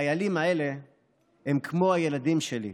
החיילים האלה הם כמו הילדים שלי.